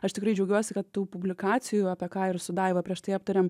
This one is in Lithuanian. aš tikrai džiaugiuosi kad tų publikacijų apie ką ir su daiva prieš tai aptarėm